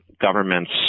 governments